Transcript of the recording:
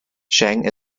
sheng